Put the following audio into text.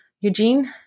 Eugene